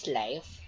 life